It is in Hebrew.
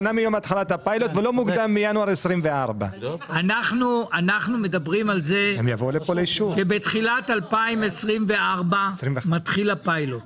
שנה מיום התחלת הפיילוט ולא מוקדם מינואר 2024. אנחנו מדברים על כך שבתחילת 2024 מתחיל הפיילוט.